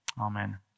Amen